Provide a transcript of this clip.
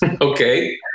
Okay